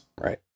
Right